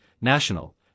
national